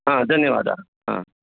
ह धन्यवादाः ह